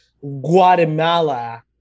Guatemala